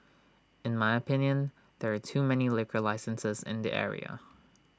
in my opinion there are too many liquor licenses in the area